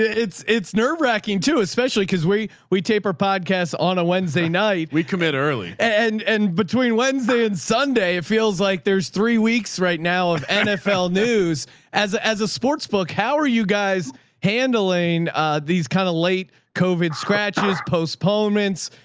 it's it's nerve wracking too, especially cause we, we tape our podcasts on a wednesday night, we commit early and and between wednesday and sunday, it feels like there's three weeks right now of nfl news as a, as a sports book. how are you guys handling these kind of late covid scratches, postponements.